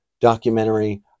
documentary